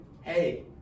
hey